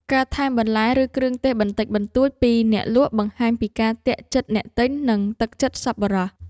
ការថែមបន្លែ ឬគ្រឿងទេសបន្តិចបន្តួចពីអ្នកលក់បង្ហាញពីការទាក់ចិត្តអ្នកទិញ និងទឹកចិត្តសប្បុរស។